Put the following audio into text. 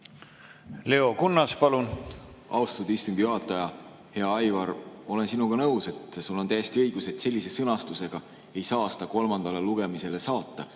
Leo Kunnas, palun! Austatud istungi juhataja! Hea Aivar! Ma olen sinuga nõus. Sul on täiesti õigus, et sellise sõnastusega ei saa seda kolmandale lugemisele saata,